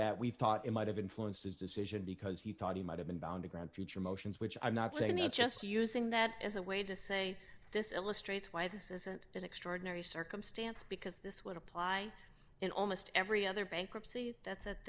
that we thought it might have influenced his decision because he thought he might have been down to ground future motions which i'm not saying it's just using that as a way to say this illustrates why this isn't an extraordinary circumstance because this would apply in almost every other bankruptcy that's at